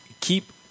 keep